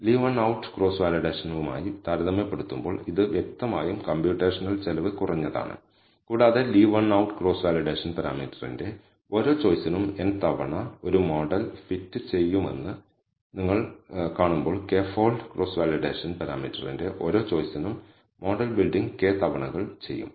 leave one out cross വാലിഡേഷൻവുമായി താരതമ്യപ്പെടുത്തുമ്പോൾ ഇത് വ്യക്തമായും കമ്പ്യൂട്ടേഷണൽ ചെലവ് കുറഞ്ഞതാണ് കൂടാതെ leave one out cross validation പാരാമീറ്ററിന്റെ ഓരോ ചോയിസിനും n തവണ ഒരു മോഡൽ ഫിറ്റ് ചെയ്യുമെന്ന് നിങ്ങൾ കാണുമ്പോൾ k ഫോൾഡ് ക്രോസ് വാലിഡേഷൻ പരാമീറ്ററിന്റെ ഓരോ ചോയ്സിനും മോഡൽ ബിൽഡിംഗ് k തവണകൾ ചെയ്യും